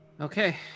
Okay